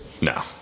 No